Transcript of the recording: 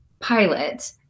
pilot